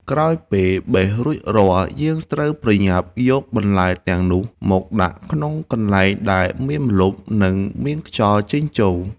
ក្រោយពេលបេះរួចរាល់ យើងត្រូវប្រញាប់យកបន្លែទាំងនោះមកដាក់ក្នុងកន្លែងដែលមានម្លប់ និងមានខ្យល់ចេញចូល។